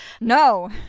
No